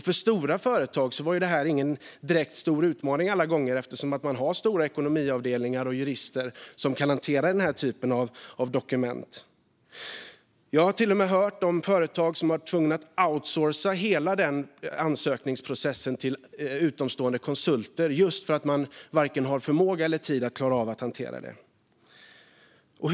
För stora företag var det många gånger ingen direkt stor utmaning, eftersom man har stora ekonomiavdelningar och jurister som kan hantera den här typen av dokument. Men jag har till och med hört om företag som var tvungna att outsourca hela ansökningsprocessen till utomstående konsulter för att man varken har förmåga eller tid att klara av det själv.